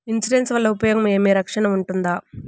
Insurance వల్ల ఉపయోగం ఏమి? రక్షణ ఉంటుందా?